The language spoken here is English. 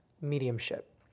mediumship